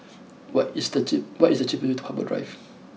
what is the cheap what is the cheapest way to Harbour Drive